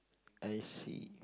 I see